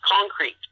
concrete